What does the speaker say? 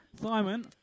Simon